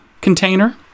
container